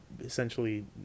essentially